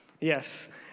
Yes